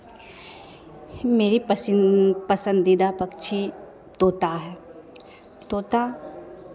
मेरे पसीन पसन्दीदा पक्षी तोता है तोता